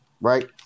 right